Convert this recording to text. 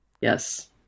Yes